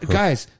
guys